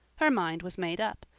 her mind was made up.